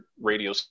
radio